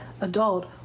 adult